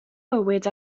bywyd